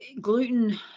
gluten